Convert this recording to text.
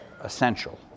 Essential